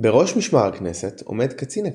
בראש משמר הכנסת עומד קצין הכנסת.